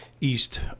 East